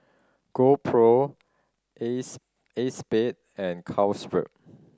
GoPro Acexspade and Carlsberg